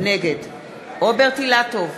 נגד רוברט אילטוב,